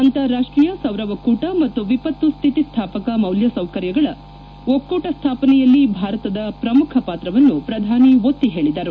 ಅಂತಾರಾಷ್ಷೀಯ ಸೌರ ಒಕ್ಕೂಟ ಮತ್ತು ವಿಪತ್ತು ಶ್ವಿತಿಸ್ವಾಪಕ ಮೂಲಸೌಕರ್ಯಗಳ ಒಕ್ಕೂಟ ಸ್ವಾಪನೆಯಲ್ಲಿ ಭಾರತದ ಪ್ರಮುಖ ಪಾತ್ರವನ್ನು ಪ್ರಧಾನಿ ಒತ್ತಿ ಹೇಳಿದರು